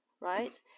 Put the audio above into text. Right